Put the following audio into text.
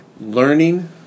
learning